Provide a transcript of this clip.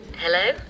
Hello